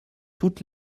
toutes